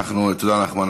תודה נחמן.